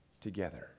together